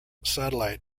satellite